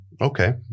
Okay